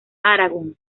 aragón